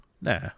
Nah